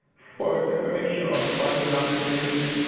for information on funding opportunities,